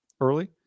early